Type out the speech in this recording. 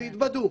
והתבדו.